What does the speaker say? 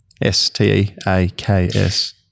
S-T-E-A-K-S